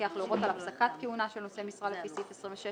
המפקח להורות על הפסקת כהונה של נושא משרה לפי סעיף 26,